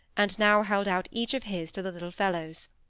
and now held out each of his to the little fellows.